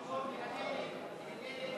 חוק התפזרות